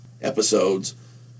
episodes